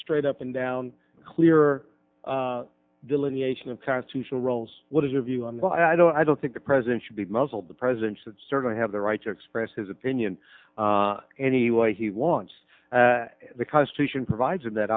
straight up and down clear delineation of constitutional roles what is your view on the i don't i don't think the president should be muzzled the president should certainly have the right to express his opinion any way he wants the constitution provides him that